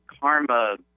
Karma